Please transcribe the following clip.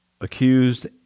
accused